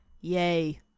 yay